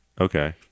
Okay